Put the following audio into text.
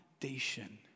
Foundation